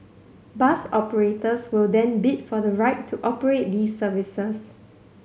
bus operators will then bid for the right to operate these services